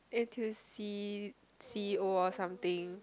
n_t_u_c c_e_o or something